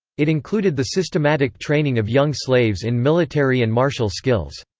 it included the systematic training of young slaves in military and martial skills.